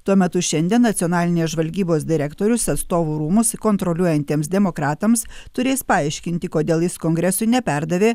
tuo metu šiandien nacionalinės žvalgybos direktorius atstovų rūmus kontroliuojantiems demokratams turės paaiškinti kodėl jis kongresui neperdavė